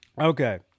Okay